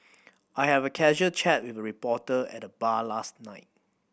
I had a casual chat with a reporter at the bar last night